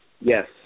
Yes